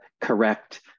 correct